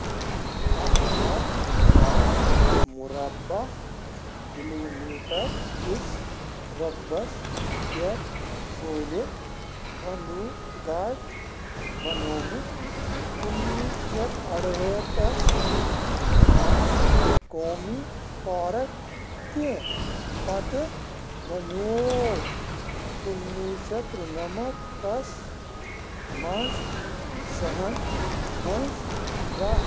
اکھ ہَتھ نو مربعہ کِلو میٖٹَر کِس رۄقبس پٮ۪ٹھ پھہلِتھ بَنٛدھوگَڑھ بَنووُکھ کُنہٕ وُہ شیٚتھ اَرہٲٹھٮس مَنٛز قومی پارک تہِ پَتہٕ بَنِیوٛو کُنہٕ وُہ شیٚتھ تٔرنَمتھس مَنٛز سہن ہنٛز ركھ